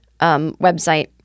website